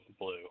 blue